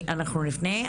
אנחנו לפני.